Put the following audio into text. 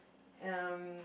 and